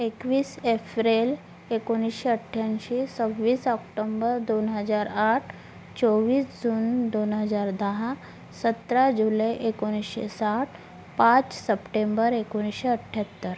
एकवीस एप्रिल एकोणिसशे अठ्ठ्याऐंशी सव्वीस ऑक्टोंबर दोन हजार आठ चोवीस जून दोन हजार दहा सतरा जुलै एकोणिसशे साठ पाच सप्टेंबर एकोणिसशे अठ्ठ्याहत्तर